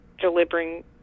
delivering